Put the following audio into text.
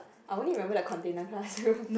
I only remember the container classroom